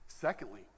Secondly